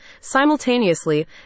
Simultaneously